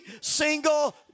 single